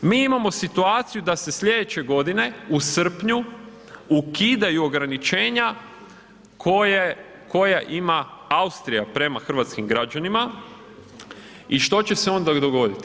Mi imamo situaciju da se sljedeće godine u srpnju ukidaju ograničenja koje ima Austrija prema hrvatskim građanima i što će se onda dogoditi?